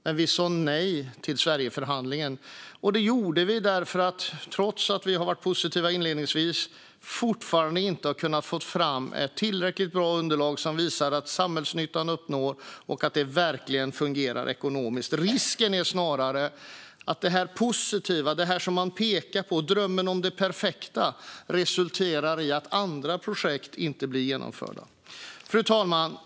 Men vi sa nej till Sverigeförhandlingen, och det gjorde vi därför att vi, trots att vi inledningsvis var positiva, fortfarande inte har kunnat få fram ett tillräckligt bra underlag som visar att samhällsnyttan uppnås och att det verkligen fungerar ekonomiskt. Risken är snarare att det positiva man pekar på, drömmen om det perfekta, resulterar i att andra projekt inte blir genomförda. Fru talman!